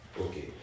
Okay